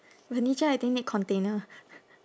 furniture I think need container